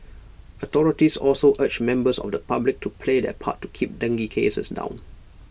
authorities also urged members of the public to play their part to keep dengue cases down